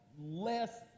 less